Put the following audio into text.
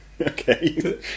Okay